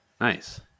nice